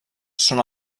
són